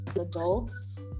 adults